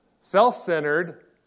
self-centered